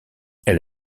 elle